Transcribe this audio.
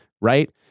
right